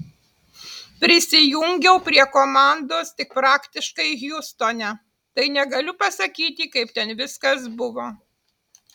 prisijungiau prie komandos tik praktiškai hjustone tai negaliu pasakyti kaip ten viskas buvo